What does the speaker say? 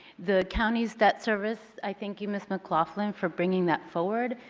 the counties that service, i thank you ms. mclaughlin for bringing that forward.